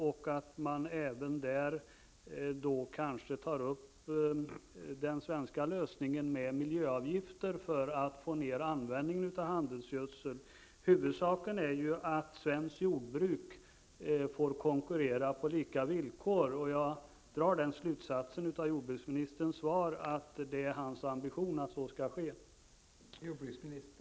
Kanske tar man då även upp den svenska lösningen med miljöavgifter för att minska användningen av handelsgödsel. Huvudsaken är emellertid att svenskt jordbruk får konkurrera på lika villkor. Av svaret här drar jag alltså slutsatsen att det är jordbruksministerns ambition att så skall ske.